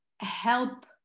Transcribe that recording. Help